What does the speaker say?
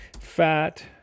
fat